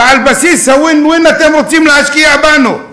ועל בסיס ה-win-win אתם רוצים להשקיע בנו,